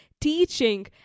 teaching